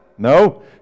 No